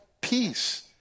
peace